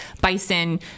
bison